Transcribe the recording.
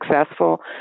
successful